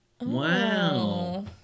Wow